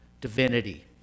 divinity